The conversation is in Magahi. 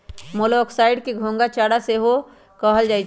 मोलॉक्साइड्स के घोंघा चारा सेहो कहल जाइ छइ